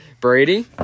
Brady